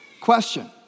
Question